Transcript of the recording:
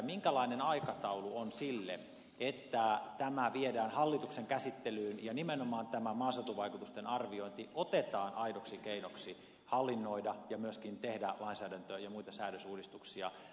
minkälainen aikataulu on sille että tämä viedään hallituksen käsittelyyn ja nimenomaan tämä maaseutuvaikutusten arviointi otetaan aidoksi keinoksi hallinnoida ja myöskin tehdä lainsäädäntöä ja muita säädösuudistuksia